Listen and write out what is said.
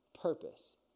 purpose